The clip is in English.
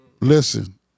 Listen